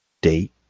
date